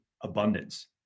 abundance